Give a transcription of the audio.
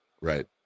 Right